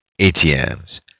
ATMs